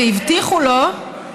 והבטיחו לו,